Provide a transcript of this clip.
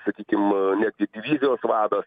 sakykim ne tik vizijos vadas